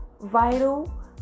vital